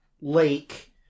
lake